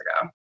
ago